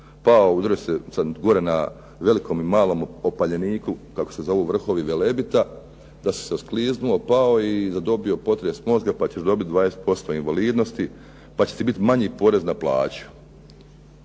pao, udario se, gore na Velikom i Malom opaljeniku, kako se zovu vrhovi Velebita, da si se oskliznuo, pao i zadobio potres mozga pa ćeš dobit 20% invalidnosti pa će ti biti manji porez na plaću.